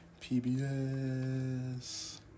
PBS